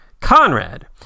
Conrad